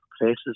places